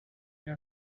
your